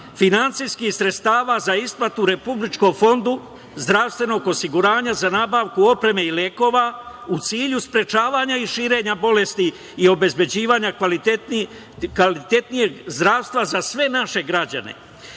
finansijskih sredstava za isplatu Republičkom fondom, zdravstvenog osiguranja za nabavku opreme i lekova u cilju sprečavanja i širenja bolesti i obezbeđivanja kvalitetnijeg zdravstva za sve naše građane